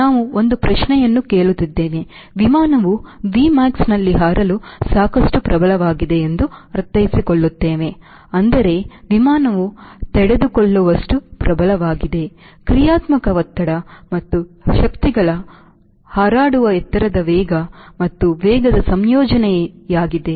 ನಾವು ಒಂದು ಪ್ರಶ್ನೆಯನ್ನು ಕೇಳುತ್ತಿದ್ದೇವೆ ವಿಮಾನವು Vmax ನಲ್ಲಿ ಹಾರಲು ಸಾಕಷ್ಟು ಪ್ರಬಲವಾಗಿದೆ ಎಂದು ಅರ್ಥೈಸಿಕೊಳ್ಳುತ್ತೇವೆ ಅಂದರೆ ವಿಮಾನವು ತಡೆದುಕೊಳ್ಳುವಷ್ಟು ಪ್ರಬಲವಾಗಿದೆ ಕ್ರಿಯಾತ್ಮಕ ಒತ್ತಡ ಮತ್ತು ಶಕ್ತಿಗಳು ಅದು ಹಾರಾಡುವ ಎತ್ತರದ ವೇಗ ಮತ್ತು ವೇಗದ ಸಂಯೋಜನೆಯಾಗಿದೆ